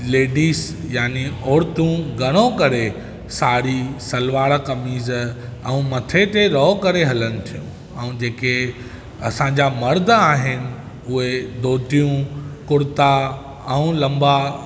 ladies यानी औरतूं घणो करे साड़ी सलवार कमीज़ ऐं मथे ते रओ करे हलनि थियूं ऐं जेके असांजा मर्द आहिनि उहे धोतियूं कुरता ऐं लंबा